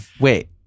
Wait